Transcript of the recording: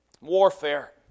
Warfare